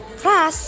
plus